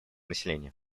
населения